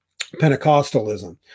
Pentecostalism